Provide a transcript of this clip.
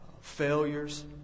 failures